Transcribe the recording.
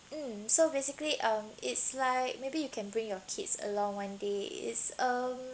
mm so basically um it's like maybe you can bring your kids along one day is um